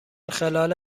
خلال